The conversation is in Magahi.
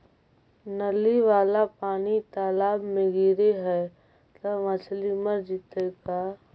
नली वाला पानी तालाव मे गिरे है त मछली मर जितै का?